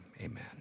amen